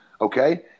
okay